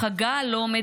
חגל לא עומד